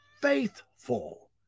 faithful